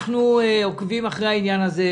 אנחנו עוקבים אחרי העניין הזה,